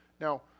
Now